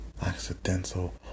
Accidental